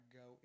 go